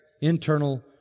internal